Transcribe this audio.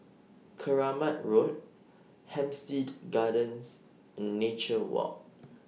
Keramat Road Hampstead Gardens and Nature Walk